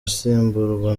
asimburwa